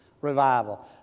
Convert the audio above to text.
revival